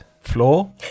floor